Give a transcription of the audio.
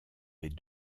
les